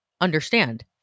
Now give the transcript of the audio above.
understand